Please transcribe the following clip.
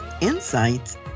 insights